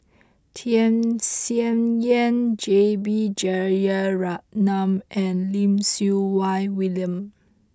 Tham Sien Yen J B Jeyaretnam and Lim Siew Wai William